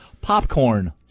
POPCORN